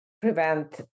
prevent